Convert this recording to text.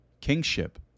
Kingship